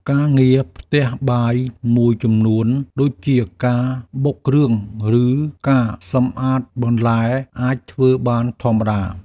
ការងារផ្ទះបាយមួយចំនួនដូចជា ការបុកគ្រឿង ឬការសម្អាតបន្លែ អាចធ្វើបានធម្មតា។